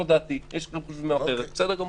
זו דעתי, יש לכם חשיבה אחרת, בסדר גמור.